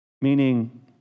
Meaning